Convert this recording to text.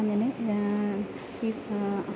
അങ്ങനെ ഈ